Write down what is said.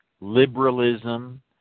liberalism